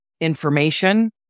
information